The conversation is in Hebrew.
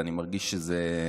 ואני מרגיש שזה,